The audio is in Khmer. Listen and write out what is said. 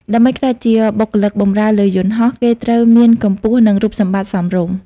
ដើម្បីក្លាយជាបុគ្គលិកបម្រើលើយន្តហោះ គេត្រូវមានកម្ពស់និងរូបសម្បត្តិសមរម្យ។